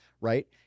right